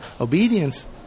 obedience